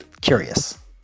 curious